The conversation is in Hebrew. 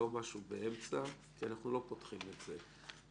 לא משהו באמצע כי אנחנו לא פותחים את זה.